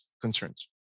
concerns